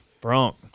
Bronk